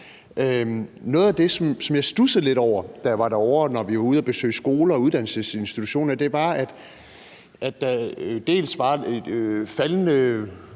Noget af det, som jeg studsede lidt over, da jeg var derovre og vi var ude at besøge skoler og uddannelsesinstitutioner, var faldende